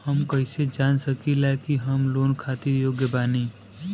हम कईसे जान सकिला कि हम लोन खातिर योग्य बानी?